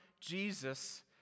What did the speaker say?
Jesus